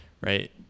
Right